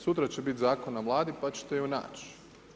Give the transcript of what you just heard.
Sutra će biti Zakon na Vladi, pa ćete ju naći.